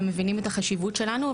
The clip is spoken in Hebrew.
ומבינים את החשיבות שלנו.